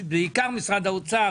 בעיקר משרד האוצר,